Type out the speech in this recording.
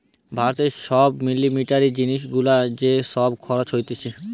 ভারতে সব মিলিটারি জিনিস গুলার যে সব খরচ হতিছে